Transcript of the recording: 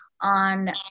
on